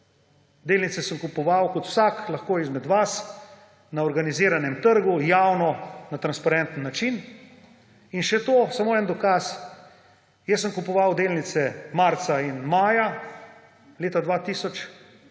Delnice sem kupoval, kot vsak lahko izmed vas, na organiziranem trgu, javno, na transparenten način. In še to, samo en dokaz, jaz sem kupoval delnice marca in maja leta 2000,